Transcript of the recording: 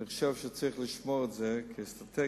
אני חושב שצריך לשמור את זה כאסטרטגיה,